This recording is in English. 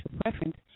preference